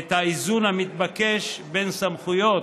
את האיזון המתבקש בין סמכויות